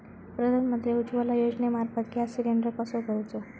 प्रधानमंत्री उज्वला योजनेमार्फत gas cylinder कसो घेऊचो?